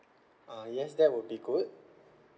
uh yes that would be good